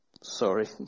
sorry